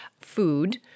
food